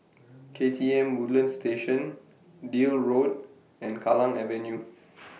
K T M Woodlands Station Deal Road and Kallang Avenue